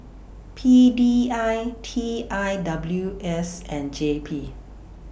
P D I T I W S and J P